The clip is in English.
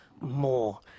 more